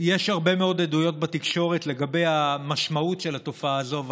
יש הרבה מאוד עדויות בתקשורת על המשמעות של התופעה הזאת,